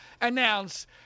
announce